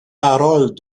paroles